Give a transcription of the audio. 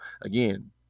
again